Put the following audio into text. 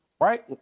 right